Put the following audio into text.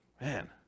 man